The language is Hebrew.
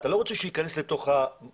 אתלה לא רוצה שהוא ייכנס לתוך הבעיה,